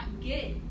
get